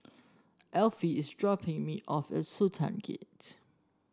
Alfie is dropping me off at Sultan Gate